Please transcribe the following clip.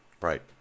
Right